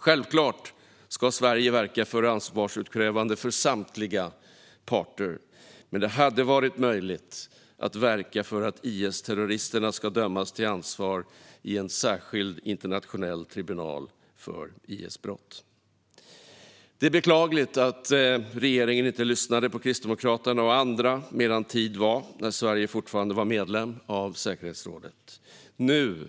Självklart ska Sverige verka för ansvarsutkrävande för samtliga parter, men det hade varit möjligt att verka för att IS-terroristerna ska dömas till ansvar i en särskild internationell tribunal för IS-brott. Det är beklagligt att regeringen inte lyssnade på Kristdemokraterna och andra medan tid var, när Sverige fortfarande var medlem av säkerhetsrådet. Nu